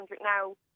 now